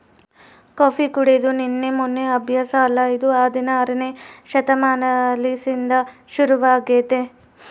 coffee ಕುಡೆದು ನಿನ್ನೆ ಮೆನ್ನೆ ಅಭ್ಯಾಸ ಅಲ್ಲ ಇದು ಹದಿನಾರನೇ ಶತಮಾನಲಿಸಿಂದ ಶುರುವಾಗೆತೆ